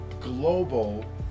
global